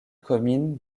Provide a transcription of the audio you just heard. commune